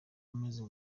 amaze